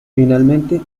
finalmente